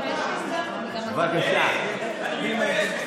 אני גם אגיד אותה.